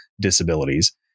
disabilities